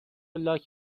لاک